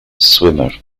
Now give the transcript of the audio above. swimmer